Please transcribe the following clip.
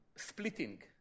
splitting